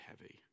heavy